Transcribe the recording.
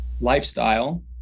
lifestyle